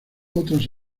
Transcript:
otras